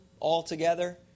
altogether